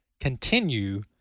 continue